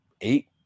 eight